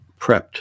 prepped